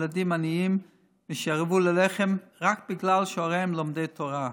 ילדים עניים שירעבו ללחם רק בגלל שהוריהם הם לומדי תורה,